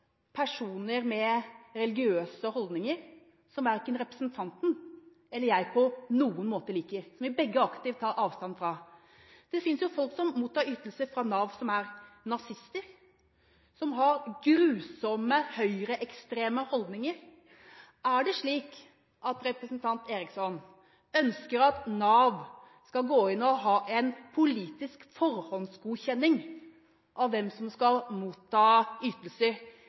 personer med religiøse holdninger – som verken representanten eller jeg på noen måte liker, og som vi begge to aktivt tar avstand fra? Det finnes folk som mottar ytelser fra Nav, som er nazister, som har grusomme høyreekstreme holdninger. Er det slik at representanten Eriksson ønsker at Nav skal gå inn og foreta en politisk forhåndsgodkjenning av hvem som skal motta ytelser?